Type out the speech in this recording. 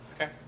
Okay